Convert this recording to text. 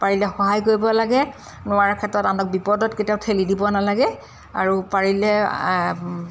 পাৰিলে সহায় কৰিব লাগে নোৱাৰা ক্ষেত্ৰত আনক বিপদত কেতিয়াও ঠেলি দিব নালাগে আৰু পাৰিলে